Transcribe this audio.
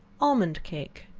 almond cake.